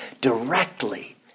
directly